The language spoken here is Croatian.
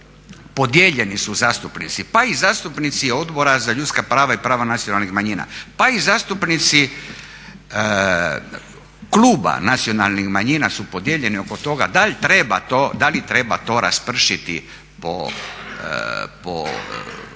podijeljeni su zastupnici, pa i zastupnici Odbora za ljudska prava i prava nacionalnih manjina, pa i zastupnici Kluba nacionalnih manjina su podijeljeni oko toga da li treba to raspršiti po